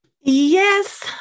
Yes